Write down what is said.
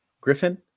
Griffin